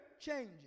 changes